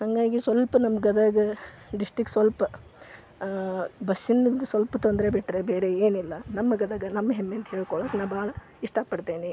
ಹಾಗಾಗಿ ಸ್ವಲ್ಪ ನಮ್ಮ ಗದಗ ಡಿಸ್ಟ್ರಿಕ್ ಸ್ವಲ್ಪ ಬಸ್ಸಿಂದು ಸ್ವಲ್ಪ ತೊಂದರೆ ಬಿಟ್ಟರೆ ಬೇರೆ ಏನೂ ಇಲ್ಲ ನಮ್ಮ ಗದಗ ನಮ್ಮ ಹೆಮ್ಮೆಅಂತ ಹೇಳ್ಕೊಳ್ಳೋಕ್ಕೆ ನಾ ಭಾಳ ಇಷ್ಟ ಪಡ್ತೀನಿ